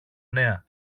νέα